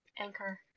anchor